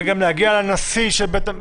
זה גם להגיע לנשיא של בית המשפט.